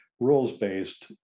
Rules-based